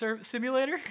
simulator